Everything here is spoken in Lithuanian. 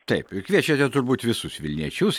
taip kviečiate turbūt visus vilniečius